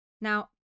now